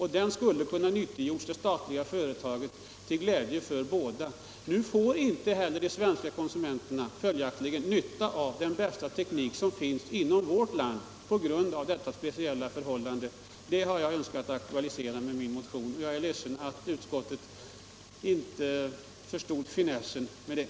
Den skulle ha kunnat nyttiggöras till glädje för båda företagen. Nu får följaktligen inte ens de svenska konsumenterna nytta av den bästa teknik som finns inom vårt land på grund av detta speciella förhållande. Och det är det som jag har önskat aktualisera med min motion. Jag är ledsen att utskottet inte förstod finessen med det.